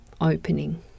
opening